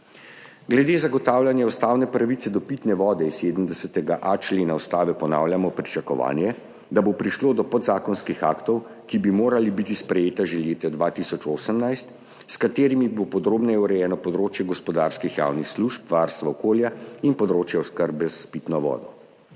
Glede zagotavljanja ustavne pravice do pitne vode iz 70. člena Ustave ponavljamo pričakovanje, da bo prišlo do podzakonskih aktov, ki bi morali biti sprejeti že leta 2018, s katerimi bo podrobneje urejeno področje gospodarskih javnih služb, varstva okolja in področje oskrbe s pitno vodo.